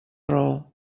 raó